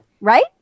Right